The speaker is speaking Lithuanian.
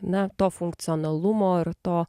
na to funkcionalumo ir to